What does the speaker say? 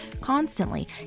constantly